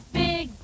big